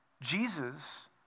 Jesus